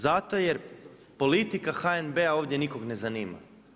Zato jer politika HNB-a ovdje nikoga ne zanima.